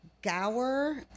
Gower